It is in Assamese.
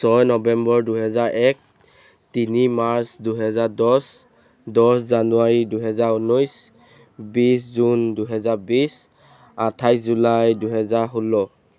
ছয় নবেম্বৰ দুহেজাৰ এক তিনি মাৰ্চ দুহেজাৰ দহ দহ জানুৱাৰী দুহেজাৰ ঊনৈছ বিছ জুন দুহেজাৰ বিছ আঠাইছ জুলাই দুহেজাৰ ষোল্ল